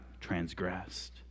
transgressed